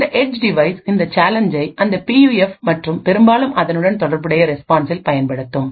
இந்த edge device இந்த சேலஞ்சை அதன் பியூஎஃப் மற்றும் பெரும்பாலும் அதனுடன் தொடர்புடைய ரெஸ்பான்சில் பயன்படுத்தும்